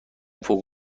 فوق